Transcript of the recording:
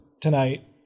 tonight